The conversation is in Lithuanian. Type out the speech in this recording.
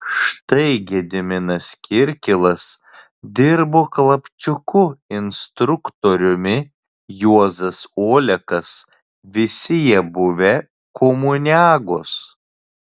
štai gediminas kirkilas dirbo klapčiuku instruktoriumi juozas olekas visi jie buvę komuniagos